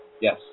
Yes